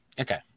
Okay